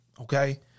Okay